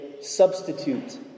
substitute